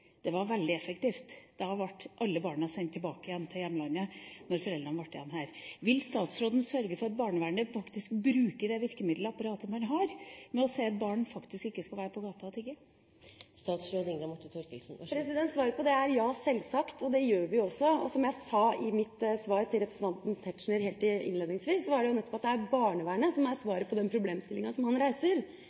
Det var veldig effektivt. Da ble alle barna sendt tilbake igjen til hjemlandet når foreldrene ble igjen her. Vil statsråden sørge for at barnevernet faktisk bruker det virkemiddelapparatet man har, ved å si at barn faktisk ikke skal være på gata og tigge? Svaret på det er ja – sjølsagt. Det gjør vi også. Og som jeg sa i mitt svar til representanten Tetzschner helt innledningsvis, er nettopp barnevernet svaret på den problemstillinga som han reiser.